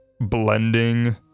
blending